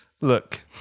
Look